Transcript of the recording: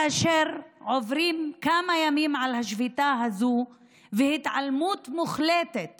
כאשר עוברים כמה ימים של השביתה הזו בהתעלמות מוחלטת